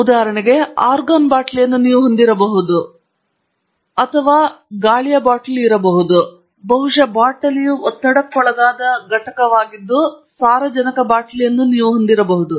ಆದ್ದರಿಂದ ಬಹುಶಃ ನೀವು ಆರ್ಗನ್ ಬಾಟಲಿಯನ್ನು ಹೊಂದಿರಬಹುದು ಅಥವಾ ಬಹುಶಃ ಗಾಳಿಯ ಬಾಟಲಿಯಿರಬಹುದು ಆದರೆ ಬಹುಶಃ ಬಾಟಲಿಯು ಒತ್ತಡಕ್ಕೊಳಗಾದ ಘಟಕವಾಗಿದ್ದು ಸಾರಜನಕ ಬಾಟಲಿಯನ್ನು ನೀವು ಹೊಂದಿರಬಹುದು